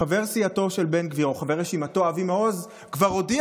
חבר רשימתו של בן גביר אבי מעוז כבר הודיע